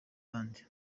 abandi